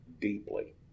deeply